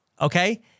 Okay